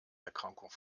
erkrankung